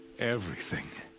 everything.